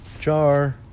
jar